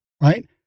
right